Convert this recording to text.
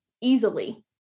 easily